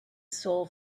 soul